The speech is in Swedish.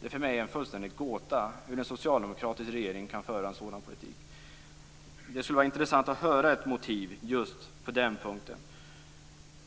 Det är för mig en fullständig gåta hur en socialdemokratisk regering kan föra en sådan politik. Det skulle vara intressant att höra ett motiv på den punkten.